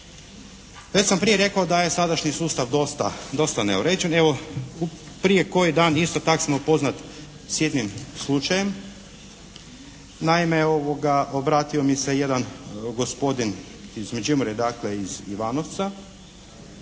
Već sam prije rekao da je sadašnji sustav dosta neuređen, evo prije koji dan isto tako sam upoznat s jednim slučajem. Naime obratio mi se jedan gospodin iz Međimurja, dakle iz Ivanovca.